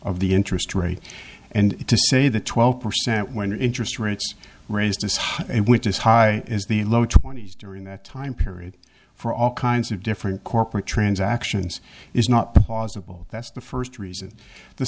of the interest rate and to say that twelve percent when interest rates raised is high and which is high as the low twenty's during that time period for all kinds of different corporate transactions is not possible that's the first reason the